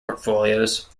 portfolios